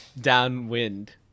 downwind